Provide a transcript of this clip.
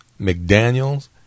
McDaniels